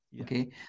okay